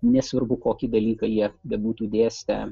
nesvarbu kokį dalyką jie bebūtų dėstę